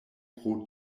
pro